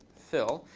fill.